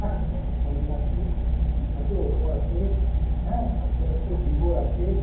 হ্যাঁ সোনি আছে সোনি আছে ওপো আছে হ্যাঁ তারপরে হচ্ছে ভিভো আছে